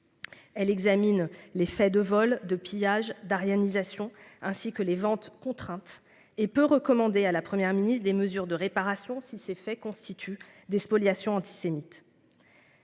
Elle examine les faits de vols de pillages d'aryanisation ainsi que les ventes contrainte et peu recommander à la Première ministre des mesures de réparation. Si ces faits constituent des spoliations antisémites.